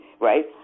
right